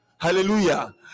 hallelujah